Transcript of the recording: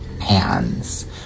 hands